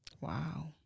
Wow